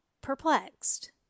perplexed